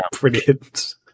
brilliant